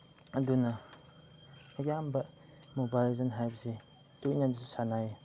ꯑꯗꯨꯅ ꯑꯌꯥꯝꯕ ꯃꯣꯕꯥꯏꯜ ꯂꯦꯖꯦꯟ ꯍꯥꯏꯕꯁꯦ ꯇꯣꯏꯅꯁꯨ ꯁꯥꯟꯅꯩ